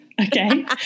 Okay